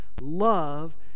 Love